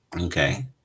Okay